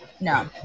no